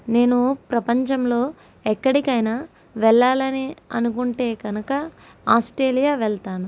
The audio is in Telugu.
నేను ప్రపంచంలో ఎక్కడికైనా వెళ్ళాలని అనుకుంటే కనుక ఆస్ట్రేలియా వెళ్తాను